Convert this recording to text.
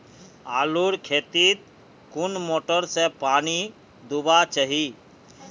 आलूर खेतीत कुन मोटर से पानी दुबा चही?